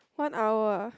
one hour